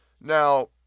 Now